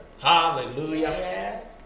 Hallelujah